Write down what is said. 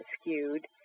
skewed